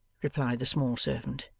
replied the small servant.